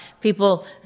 people